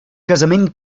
casament